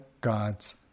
God's